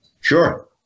Sure